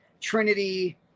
trinity